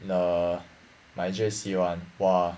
the my J_C [one] !wah!